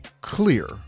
clear